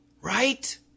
right